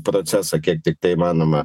procesą kiek tiktai įmanoma